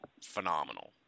phenomenal